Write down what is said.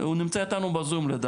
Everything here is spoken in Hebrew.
הוא נמצא איתנו בזום.